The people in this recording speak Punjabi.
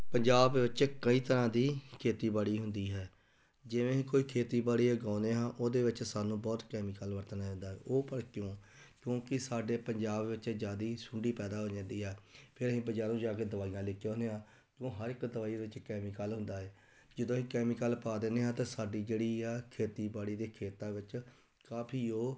ਪੰਜਾਬ ਵਿੱਚ ਕਈ ਤਰ੍ਹਾਂ ਦੀ ਖੇਤੀਬਾੜੀ ਹੁੰਦੀ ਹੈ ਜਿਵੇਂ ਕੋਈ ਖੇਤੀਬਾੜੀ ਉਗਾਉਂਦੇ ਹਾਂ ਉਹਦੇ ਵਿੱਚ ਸਾਨੂੰ ਬਹੁਤ ਕੈਮੀਕਲ ਵਰਤਣਾ ਹੁੰਦਾ ਉਹ ਪਰ ਕਿਉਂ ਕਿਉਂਕਿ ਸਾਡੇ ਪੰਜਾਬ ਵਿੱਚ ਜ਼ਿਆਦਾ ਸੁੰਡੀ ਪੈਦਾ ਹੋ ਜਾਂਦੀ ਆ ਫਿਰ ਅਸੀਂ ਬਜ਼ਾਰੋਂ ਜਾ ਕੇ ਦਵਾਈਆਂ ਲੈ ਕੇ ਆਉਂਦੇ ਹਾਂ ਉਹ ਹਰ ਇੱਕ ਦਵਾਈ ਵਿੱਚ ਕੈਮੀਕਲ ਹੁੰਦਾ ਹੈ ਜਦੋਂ ਅਸੀਂ ਕੈਮੀਕਲ ਪਾ ਦਿੰਦੇ ਹਾਂ ਤਾਂ ਸਾਡੀ ਜਿਹੜੀ ਆ ਖੇਤੀਬਾੜੀ ਦੇ ਖੇਤਾਂ ਵਿੱਚ ਕਾਫੀ ਉਹ